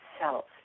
self